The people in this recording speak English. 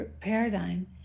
paradigm